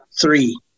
three